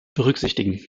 berücksichtigen